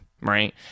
right